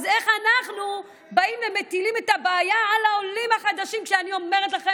לא, כי הם לא רוצים לגייר.